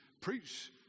preach